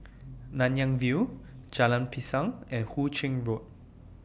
Nanyang View Jalan Pisang and Hu Ching Road